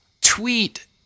tweet